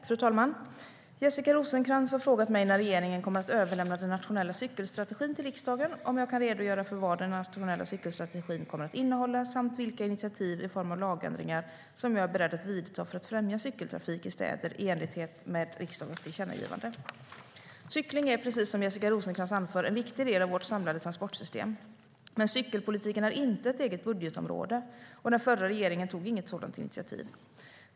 Fru talman! Jessica Rosencrantz har frågat mig när regeringen kommer att överlämna den nationella cykelstrategin till riksdagen, om jag kan redogöra för vad den nationella cykelstrategin kommer att innehålla samt vilka initiativ i form av lagändringar som jag är beredd att vidta för att främja cykeltrafik i städer i enlighet med riksdagens tillkännagivande. Cykling är, precis som Jessica Rosencrantz anför, en viktig del av vårt samlade transportsystem. Men cykelpolitiken är inte ett eget budgetområde, och den förra regeringen tog inget sådant initiativ.